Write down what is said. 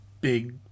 big